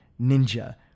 Ninja